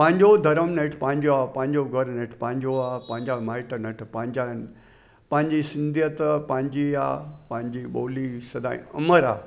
पांजो धर्म नेट पंहिंजो आहे पंहिंजो गर्व नेट पंहिंजो आहे पंहिंजा माइटु नट पंहिंजा आहिनि पंहिंजी सिंधीयत पंहिंजी आहे पंहिंजी ॿोली सदा ई अमरु आहे